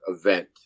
event